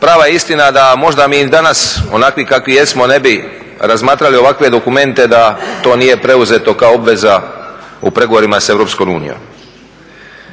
prava je istina da možda mi danas onakvi kakvi jesmo ne bi razmatrali ovakve dokumente da to nije preuzeto kao obveza u pregovorima sa EU.